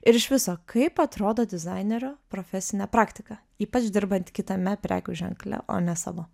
ir iš viso kaip atrodo dizainerio profesinė praktika ypač dirbant kitame prekių ženkle o ne savo